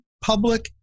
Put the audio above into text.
public